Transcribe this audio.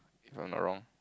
if I'm not wrong